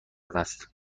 است